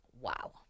Wow